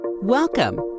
Welcome